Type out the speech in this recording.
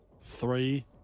Three